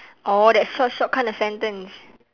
oh that short short kind of sentence